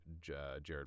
Jared